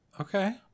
Okay